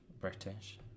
British